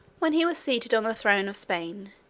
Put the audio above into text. when he was seated on the throne of spain,